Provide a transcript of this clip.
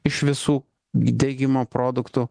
iš visų degimo produktų